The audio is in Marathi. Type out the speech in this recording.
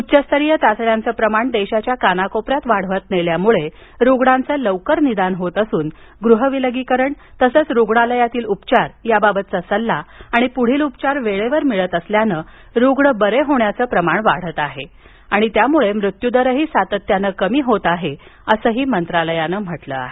उच्चस्तरीय चाचण्यांचं प्रमाण देशाच्या कानाकोपऱ्यातवाढवत नेल्यामुळे रुग्णांचं लवकर निदान होत असून गृह विलगीकरण तसच रुग्णालयातील उपचार याबाबतचा सल्ला आणि प्ढील उपचारवेळेवर मिळत असल्यानं रुग्ण बरे होण्याचं प्रमाण वाढत असून मृत्यू दर सातत्यानं कमी होत आहे असंही मंत्रालयानं म्हटलं आहे